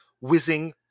whizzing